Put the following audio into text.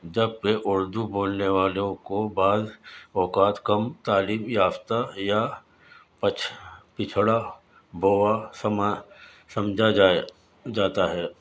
جبکہ اردو بولنے والوں کو بعض اوقات کم تعلیم یافتہ یا پچھ پچھڑا بووا سمجھا جائے جاتا ہے